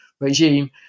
regime –